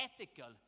ethical